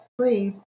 three